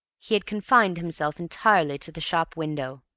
he had confined himself entirely to the shop window.